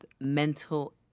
mental